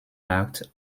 markt